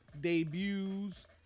debuts